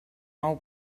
nou